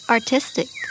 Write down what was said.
Artistic